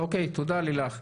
אוקיי, תודה לילך.